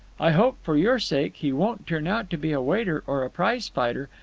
i hope, for your sake, he won't turn out to be a waiter or a prize-fighter,